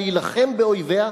להילחם באויביה.